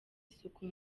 isuku